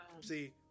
see